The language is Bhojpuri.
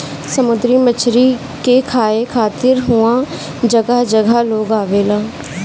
समुंदरी मछरी के खाए खातिर उहाँ जगह जगह से लोग आवेला